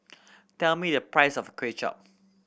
tell me the price of Kway Chap